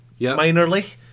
minorly